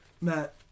Matt